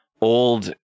old